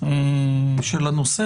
של הנושא.